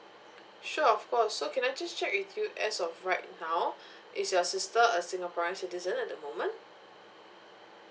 sure of course so can I just check with you as of right now is your sister a singaporean citizen at the moment